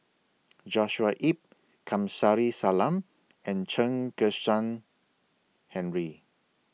Joshua Ip Kamsari Salam and Chen Kezhan Henri